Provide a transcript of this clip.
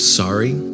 sorry